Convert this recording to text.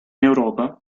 europa